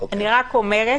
אני רק אומרת